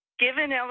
given